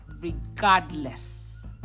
regardless